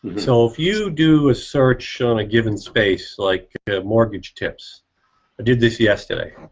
so if you do a search on a given space like mortgage tips, i did this yesterday